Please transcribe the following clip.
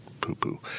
poo-poo